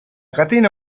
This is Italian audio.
catena